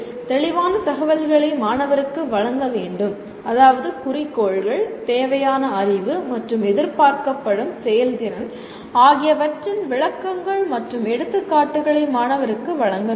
தெளிவான தகவல்களை மாணவருக்கு வழங்க வேண்டும் அதாவது குறிக்கோள்கள் தேவையான அறிவு மற்றும் எதிர்பார்க்கப்படும் செயல்திறன் ஆகியவற்றின் விளக்கங்கள் மற்றும் எடுத்துக்காட்டுகளை மாணவருக்கு வழங்க வேண்டும்